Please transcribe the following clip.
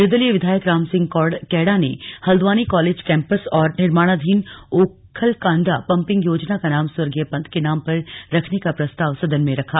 निर्दलीय विधायक राम सिंह कैड़ा ने हल्द्वानी कॉलेज कैम्पस और निर्माणाधीन ओखलकांडा पम्पिंग योजना का नाम स्वर्गीय पंत के नाम पर रखने का प्रस्ताव सदन में रखा